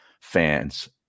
fans